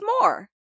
more